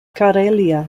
karelia